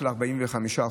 של 45%,